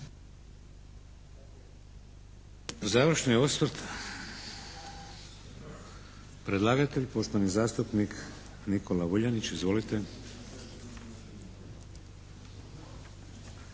Završni osvrt, predlagatelj poštovani zastupnik Nikola Vuljanić. Izvolite.